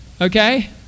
okay